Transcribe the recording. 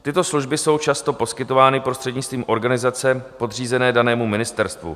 Tyto služby jsou často poskytovány prostřednictvím organizace podřízené danému ministerstvu.